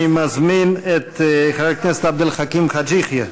אני מזמין את חבר הכנסת עבד אל חכים חאג' יחיא.